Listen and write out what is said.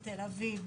בתל אביב,